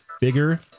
bigger